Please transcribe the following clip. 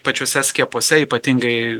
pačiuose skiepuose ypatingai